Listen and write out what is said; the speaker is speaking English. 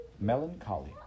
melancholy